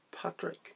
Patrick